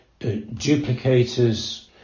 duplicators